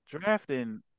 Drafting